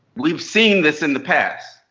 we've seen this in the past.